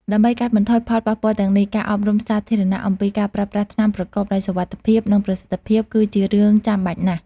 ដើម្បីកាត់បន្ថយផលប៉ះពាល់ទាំងនេះ ការអប់រំសាធារណៈអំពីការប្រើប្រាស់ថ្នាំប្រកបដោយសុវត្ថិភាព និងប្រសិទ្ធភាព គឺជារឿងចាំបាច់ណាស់។